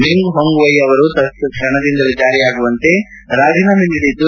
Meng Hongwei ಅವರು ತತ್ಕ್ಷಣದಿಂದಲೇ ಜಾರಿಯಾಗುವಂತೆ ರಾಜೀನಾಮೆ ನೀಡಿದ್ದು